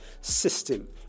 system